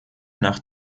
nach